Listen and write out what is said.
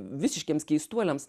visiškiems keistuoliams